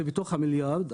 זה בתוך המיליארד ₪.